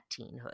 teenhood